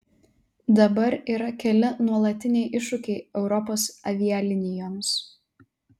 dabar yra keli nuolatiniai iššūkiai europos avialinijoms